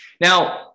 now